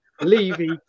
Levy